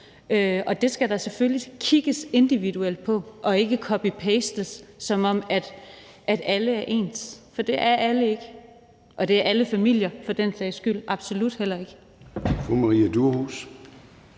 og det skal der selvfølgelig kigges individuelt på og ikke copy-pastes, som om alle er ens. For det er alle ikke, og det er alle familier for den sags skyld absolut heller ikke.